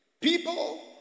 People